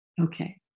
okay